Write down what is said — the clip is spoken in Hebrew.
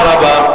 תודה רבה.